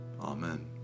Amen